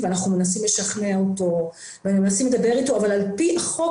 אנחנו מנסים לשכנע אותו ומנסים לדבר אתו אבל על פי חוק